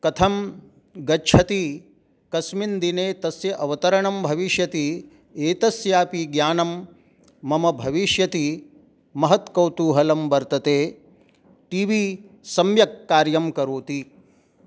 कथं गच्छति कस्मिन् दिने तस्य अवतरणं भविष्यति एतस्यापि ज्ञानं मम भविष्यति महत् कौतूहलं वर्तते टी वी सम्यक् कार्यं करोति